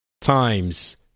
times